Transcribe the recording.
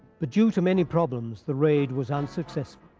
but due to many problems the raid was unsuccessful.